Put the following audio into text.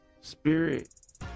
spirit